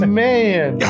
man